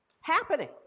happening